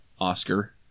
Oscar